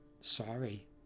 Sorry